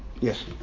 Yes